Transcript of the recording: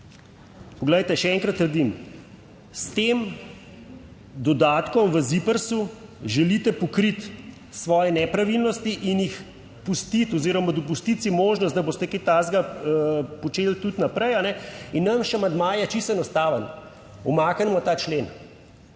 Poglejte, še enkrat trdim, s tem dodatkom v ZIPRS želite pokriti svoje nepravilnosti in jih pustiti oziroma dopustiti možnost, da boste kaj takega počeli tudi naprej in naš amandma je čisto enostaven, umaknemo ta člen.